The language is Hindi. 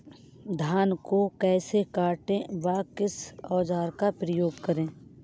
धान को कैसे काटे व किस औजार का उपयोग करें?